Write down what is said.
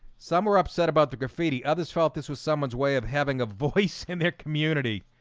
some were upset about the graffiti others felt this was someone's way of having a voice in their community